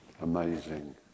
amazing